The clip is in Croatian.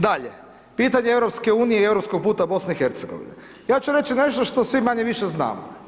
Dalje, pitanje EU i europskog puta BIH, ja ću reći nešto što svi manje-više znamo.